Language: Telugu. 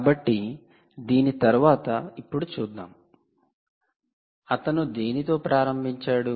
కాబట్టి దీని తరువాత ఇప్పుడు చూద్దాం అతను దేనితో ప్రారంభించాడు